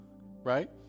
right